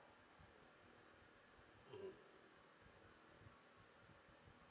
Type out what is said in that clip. mmhmm